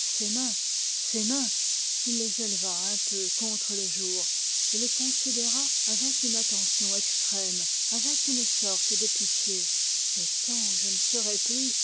ses mains ses mains il les éleva un peu contre le jour et les considéra avec une attention extrême avec une sorte de pitié le temps où je ne serai plus